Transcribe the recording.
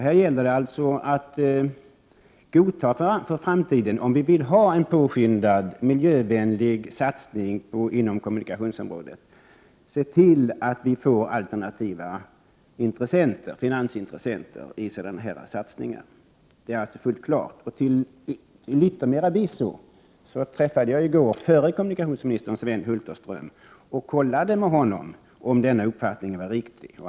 Här gäller det, om vi för framtiden vill ha en påskyndad miljövänlig satsning inom kommunikationsområdet, att se till att vi får alternativa finansintressenter i sådana här satsningar. Det är fullt klart. Till yttermera visso träffade jag i går förre kommunikationsministern Sven Hulterström och kontrollerade med honom om denna uppfattning var riktig.